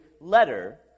letter